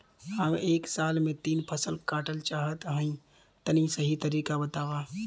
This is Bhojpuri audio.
हम एक साल में तीन फसल काटल चाहत हइं तनि सही तरीका बतावा?